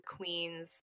queens